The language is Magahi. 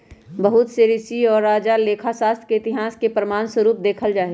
बहुत से ऋषि और राजा लेखा शास्त्र के इतिहास के प्रमाण स्वरूप देखल जाहई